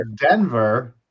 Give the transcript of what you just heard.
Denver